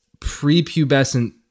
prepubescent